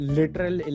literal